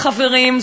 חברים,